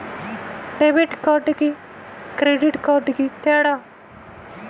Debit కార్డుకి credit కార్డుకి తేడా?